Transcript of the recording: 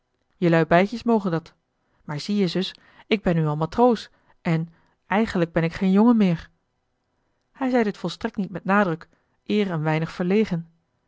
jelui beidjes mogen dat maar zie-je zus ik ben nu al matroos en eigenlijk ben ik geen jongen meer hij zei dit volstrekt niet met nadruk eer een weinig verlegen